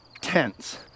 tents